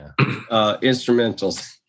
instrumentals